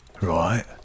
right